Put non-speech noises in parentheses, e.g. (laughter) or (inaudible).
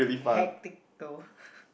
hectic though (laughs)